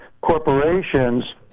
corporations